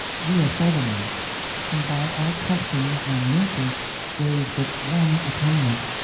we are southerners and by our custom and nature there is but one atonement.